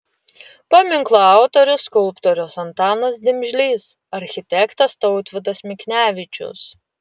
paminklo autorius skulptorius antanas dimžlys architektas tautvydas miknevičius